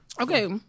Okay